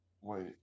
Wait